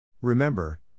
Remember